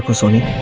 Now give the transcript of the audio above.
um soni,